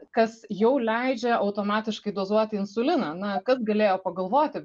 kas jau leidžia automatiškai dozuoti insuliną na kas galėjo pagalvoti